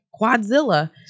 quadzilla